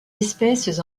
espèces